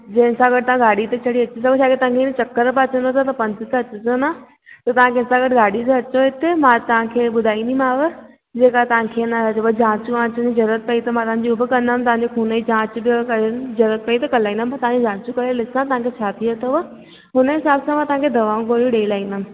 जंहिंसा गॾु तव्हां गाॾी ते चढ़ी अची था सघो तव्हांखे हीअं चक्कर पा अचव त पंधु त अचिजो न त तव्हां कंहिंसा गॾु गाॾी ते अचो हिते मां तव्हांखे ॿुधाईंदीमाव जेका तव्हांखे जांचनि वाचन जी जरूरत पई त मां हूअ बि कंदमि तव्हांजे खून जी जांच बि जरूरत पई त कल्हि ई न मां तव्हांजी जांचू करे ॾिसां त तव्हांखे छा थियो अथव उन हिसाब सां मां तव्हांखे दवाऊं गोरी ॾई लईंदमि